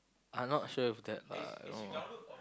I'm not sure if that uh know